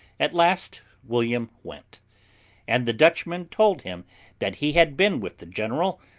at last william went and the dutchman told him that he had been with the general,